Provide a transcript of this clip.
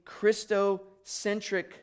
Christocentric